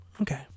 Okay